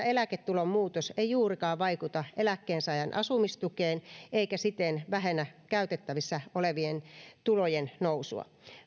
eläketulon muutos ei juurikaan vaikuta eläkkeensaajan asumistukeen eikä siten vähennä käytettävissä olevien tulojen nousua